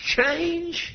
change